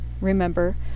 remember